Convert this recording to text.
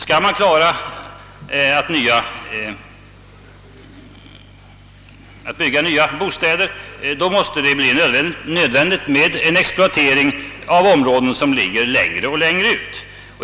Skall man klara av ait bygga nya bostäder, blir det nödvändigt med en exploatering av områden som ligger allt längre ut.